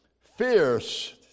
Fierce